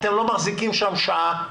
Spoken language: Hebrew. אתם לא מחזיקים שם שעה.